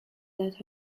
that